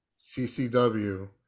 CCW